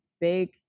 big